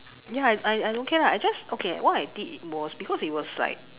ya I I I don't care lah I just okay what I did was because it was like